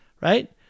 right